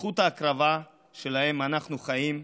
בזכות ההקרבה שלהם אנחנו חיים,